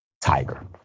Tiger